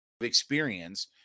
experience